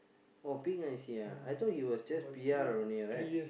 oh pink I_C ah I thought he was just P_R only right